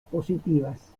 positivas